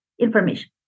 information